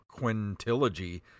quintilogy